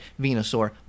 Venusaur